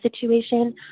situation